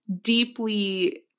deeply